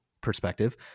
perspective